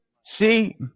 See